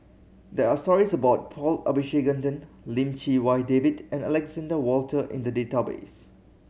there are stories about Paul Abisheganaden Lim Chee Wai David and Alexander Wolter in the database